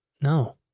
No